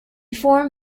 form